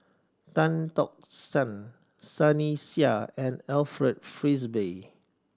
Tan Tock San Sunny Sia and Alfred Frisby